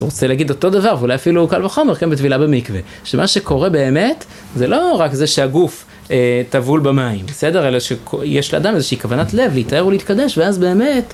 רוצה להגיד אותו דבר, ואולי אפילו הוא קל וחומר, כן? בטבילה במקווה. שמה שקורה באמת? זה לא רק זה שהגוף טבול במים, בסדר? אלא שיש לאדם איזושהי כוונת לב להיטהר ולהתקדש, ואז באמת...